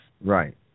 Right